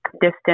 distance